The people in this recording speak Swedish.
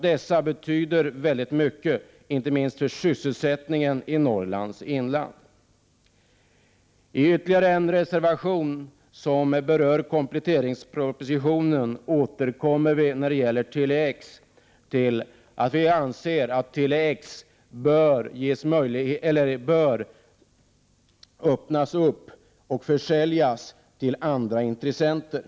Dessa sågverk betyder mycket, inte minst för sysselsättningen, i Norrlands inland. I ytterligare en reservation som berör kompletteringspropositionen återkommer vi när det gäller Tele-X-projektet till att vi anser att Tele-X bör bli mera öppet och försäljas till andra intressenter.